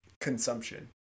consumption